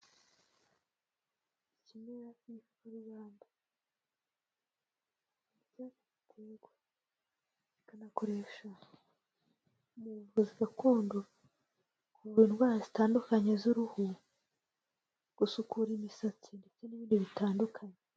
iki hafiru rwandaterwa ikanakoresha mu buvuzi gakondo ku indwara zitandukanye z'uruhu gusukura imisatsi ndetse n'ibindi bitandukanye